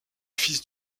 fils